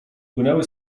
płynęły